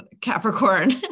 Capricorn